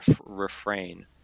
refrain